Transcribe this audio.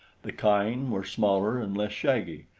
the kine were smaller and less shaggy,